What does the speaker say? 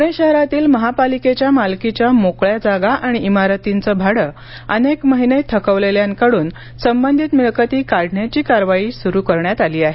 पुणे शहरातील महापालिकेच्या मालकीच्या मोकळ्या जागा आणि इमारतींचं भाडं अनेक महिने थकवलेल्यांकडून संबंधित मिळकती काढण्याची कार्यवाही सुरू करण्यात आली आहे